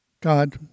God